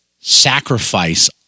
sacrifice